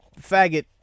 faggot